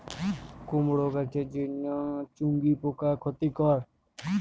কুমড়ো গাছের জন্য চুঙ্গি পোকা ক্ষতিকর?